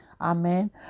Amen